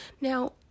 Now